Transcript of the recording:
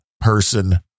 person